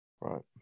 Right